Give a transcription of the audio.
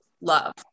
love